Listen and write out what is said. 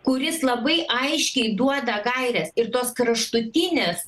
kuris labai aiškiai duoda gaires ir tos kraštutinės